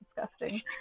disgusting